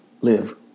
live